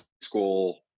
school